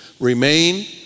Remain